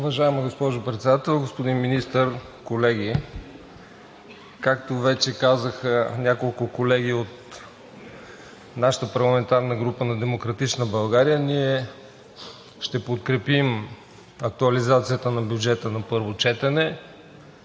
Уважаема госпожо Председател, господин Министър, колеги! Както вече казаха няколко колеги от нашата парламентарна група – на „Демократична България“, ние ще подкрепим актуализацията на бюджета на първо четене,